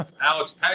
Alex